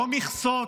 לא מכסות,